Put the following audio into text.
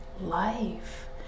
life